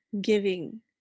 giving